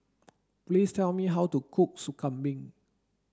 please tell me how to cook Sop Kambing